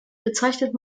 bezeichnet